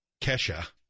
Kesha